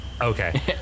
Okay